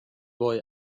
boy